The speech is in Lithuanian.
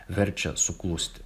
verčia suklusti